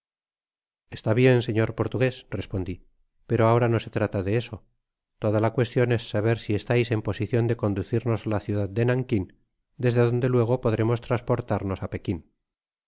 está bien señor portugués respondi pero ahora no se trata de eso toda la cuestion es saber si estais en posicion de conducirnos á la ciudad de nankin desde donde luego podremos transportarnos á pekin